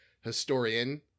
historian